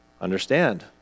Understand